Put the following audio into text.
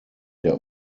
der